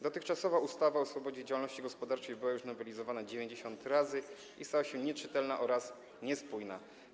Dotychczasowa ustawa o swobodzie działalności gospodarczej była już nowelizowana 90 razy i stała się nieczytelna oraz niespójna.